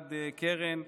גלעד קרן,